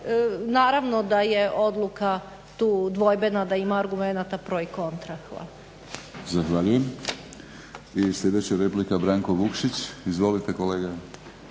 naravno da je odluka tu dvojbena, da ima argumenata pro i kontra. Hvala. **Batinić, Milorad (HNS)** Zahvaljujem. I sljedeća replika, Branko Vukšić. Izvolite kolega.